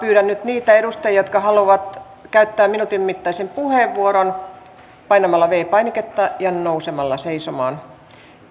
niitä edustajia jotka haluavat käyttää minuutin mittaisen puheenvuoron painamaan viides painiketta ja nousemaan seisomaan